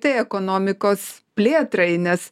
tai ekonomikos plėtrai nes